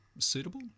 suitable